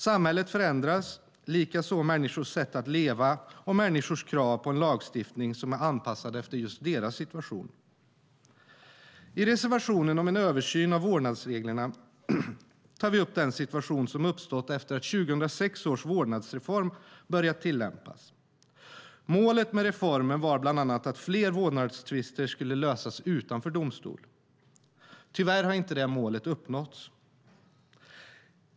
Samhället förändras, likaså människors sätt att leva och människors krav på en lagstiftning som är anpassad efter just deras situation. I reservationen om en översyn av vårdnadsreglerna tar vi upp den situation som uppstått efter att 2006 års vårdnadsreform börjat tillämpas. Målet med reformen var bland annat att fler vårdnadstvister skulle lösas utanför domstol. Tyvärr har inte det målet uppnåtts.